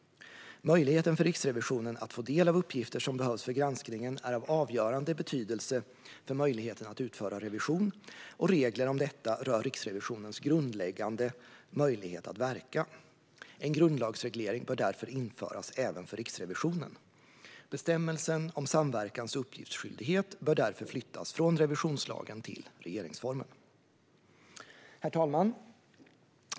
Möjligheten för Riksrevisionen att få del av uppgifter som behövs för granskningen är av avgörande betydelse för möjligheten att utföra revision, och regler om detta rör Riksrevisionens grundläggande möjlighet att verka. En grundlagsreglering bör därför införas även för Riksrevisionen. Bestämmelsen om samverkans och uppgiftsskyldighet bör därför flyttas från revisionslagen till regeringsformen. Herr talman!